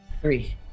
Three